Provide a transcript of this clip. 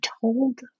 told